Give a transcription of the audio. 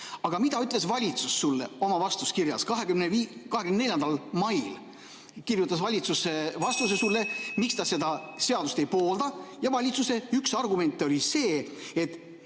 Aga mida ütles valitsus sulle oma vastuskirjas? 24. mail kirjutas valitsus sulle vastuse, miks ta seda seadust ei poolda. Ja valitsuse üks argument oli see, et